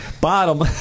bottom